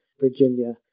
Virginia